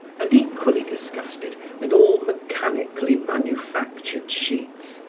and equally disgusted with all mechanically manufactured sheets,